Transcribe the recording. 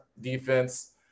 defense